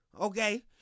okay